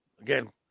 again